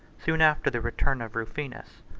soon after the return of rufinus,